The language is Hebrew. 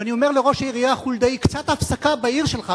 ואני אומר לראש העירייה חולדאי: קצת הפסקה בעיר שלך,